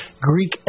Greek